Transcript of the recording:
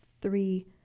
three